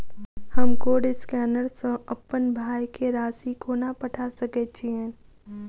हम code scanner सँ अप्पन भाय केँ राशि कोना पठा सकैत छियैन?